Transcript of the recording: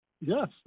yes